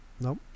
nope